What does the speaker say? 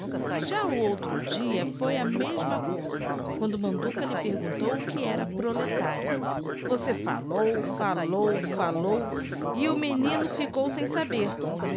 já o outro dia foi a mesma cousa quando manduca lhe perguntou o que era proletário você fallou fallou fallou e o menino ficou sem saber